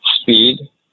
speed